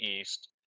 East